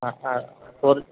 ah ah four